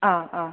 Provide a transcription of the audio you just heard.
ആ ആ